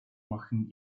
machen